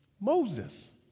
Moses